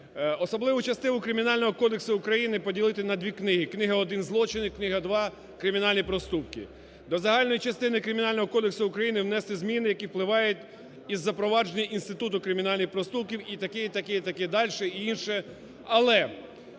Особливу частину Кримінального кодексу України поділити на дві книги: крига 1 – "Злочини" і книга 2 – "Кримінальні проступки". До Загальної частини Кримінального кодексу України внести зміни, які впливають із запровадження Інституту кримінальних проступків і таке, і таке, і таке дальше, і інше. Але,